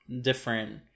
different